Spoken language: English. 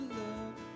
love